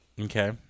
Okay